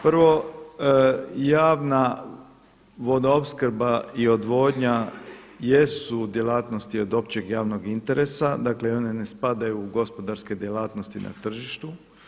Prvo, javna vodoopskrba i odvodnja jesu djelatnosti od općeg javnog interesa, dakle one ne spadaju u gospodarske djelatnosti na tržištu.